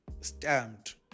stamped